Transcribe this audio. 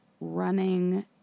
running